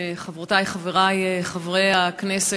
חברותי וחברי חברי הכנסת,